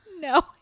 No